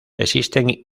existen